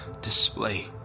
display